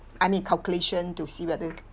I mean calculation to see whether